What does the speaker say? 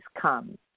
come